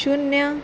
शुन्य